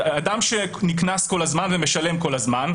אדם שנקנס כל הזמן ומשלם כל הזמן.